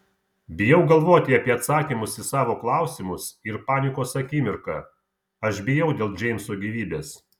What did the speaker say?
bijau galvoti apie atsakymus į savo klausimus ir panikos akimirką aš bijau dėl džeimso gyvybės